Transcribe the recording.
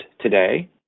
today